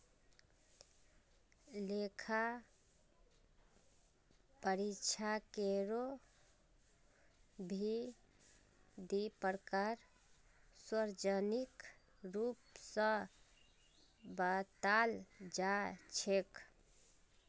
लेखा परीक्षकेरो भी दी प्रकार सार्वजनिक रूप स बताल जा छेक